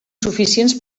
suficients